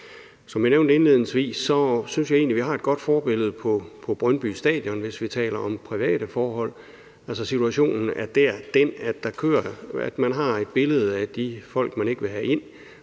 Som jeg nævnte indledningsvis, synes jeg egentlig, vi har et godt forbillede i Brøndby Stadion, hvis vi taler om private forhold. Altså, situationen er dér den, at man har et billede af de folk, man ikke vil have ind,